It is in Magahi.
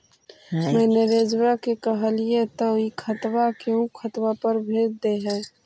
मैनेजरवा के कहलिऐ तौ ई खतवा से ऊ खातवा पर भेज देहै?